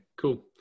cool